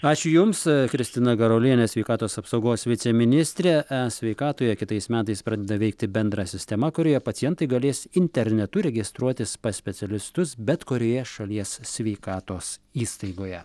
ačiū jums kristina garuolienė sveikatos apsaugos viceministrė e sveikatoje kitais metais pradeda veikti bendra sistema kurioje pacientai galės internetu registruotis pas specialistus bet kurioje šalies sveikatos įstaigoje